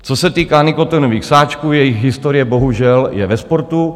Co se týká nikotinových sáčků, jejich historie bohužel je ve sportu.